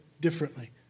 differently